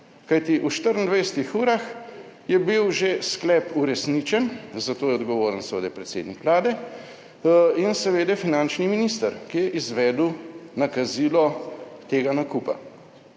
Kajti, v 24 urah je bil že sklep uresničen. Za to je odgovoren seveda predsednik Vlade in seveda finančni minister, ki je izvedel nakazilo **73.